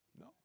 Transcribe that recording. no